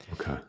Okay